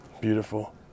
Beautiful